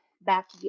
back